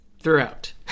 Throughout